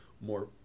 more